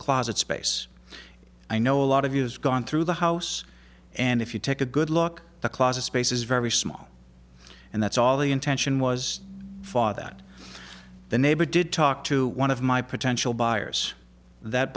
closet space i know a lot of use gone through the house and if you take a good look the closet space is very small and that's all the intention was for that the neighbor did talk to one of my potential buyers that